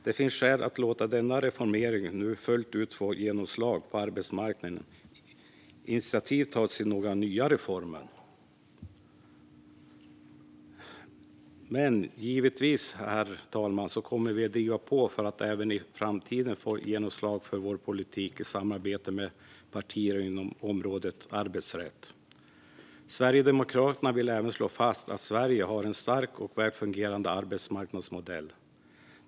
Det finns skäl att låta denna reformering fullt ut få genomslag på arbetsmarknaden innan initiativ tas till några nya reformer. Men, herr talman, vi kommer givetvis att driva på för att även i framtiden få genomslag för vår politik i samarbete med partier inom området arbetsrätt. Sverigedemokraterna vill även slå fast att Sverige har en stark och välfungerande arbetsmarknadsmodell.